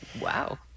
Wow